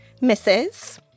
Mrs